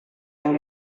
yang